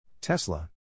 Tesla